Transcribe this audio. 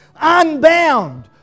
unbound